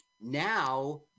Now